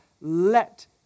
let